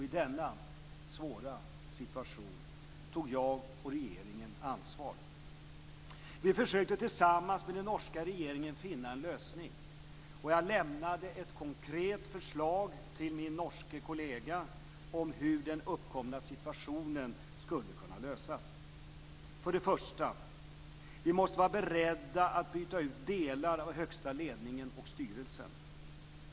I denna svåra situation tog jag och regeringen ansvar. Vi försökte tillsammans med den norska regeringen finna en lösning. Jag lämnade ett konkret förslag till min norske kollega om hur den uppkomna situationen skulle kunna lösas. För det första: Vi måste vara beredda att byta ut delar av högsta ledningen och styrelsen.